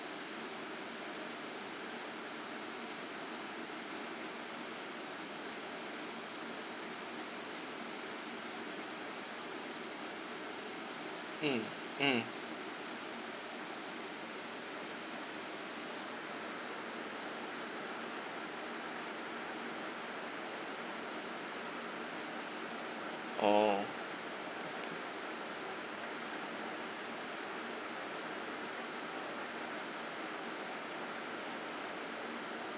mm mm oh